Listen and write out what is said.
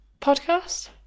podcast